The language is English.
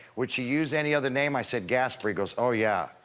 would she use any other name? i said gaspar. he goes, oh yeah.